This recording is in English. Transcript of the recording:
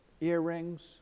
earrings